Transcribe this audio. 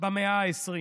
במאה ה-20.